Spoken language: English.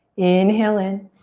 inhale in.